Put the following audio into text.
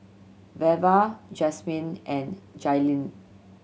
Velva Jasmin and Jailyn